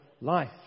life